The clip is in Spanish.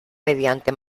mediante